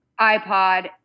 iPod